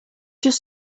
just